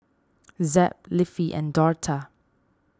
Zeb Leafy and Dortha